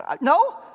No